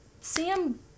Sam